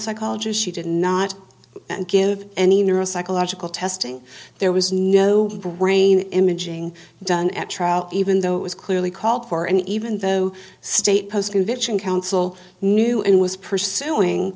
psychologist she did not give any neuropsychological testing there was no brain imaging done at trial even though it was clearly called for and even though state post conviction counsel knew it was pursuing